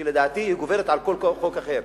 שלדעתי גוברת על כל חוק אחר.